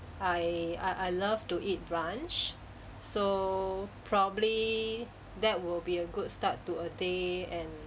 I I I love to eat brunch so probably that will be a good start to a day and